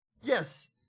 Yes